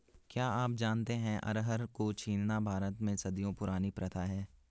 क्या आप जानते है अरहर को छीलना भारत में सदियों पुरानी प्रथा है?